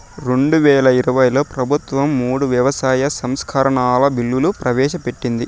రెండువేల ఇరవైలో ప్రభుత్వం మూడు వ్యవసాయ సంస్కరణల బిల్లులు ప్రవేశపెట్టింది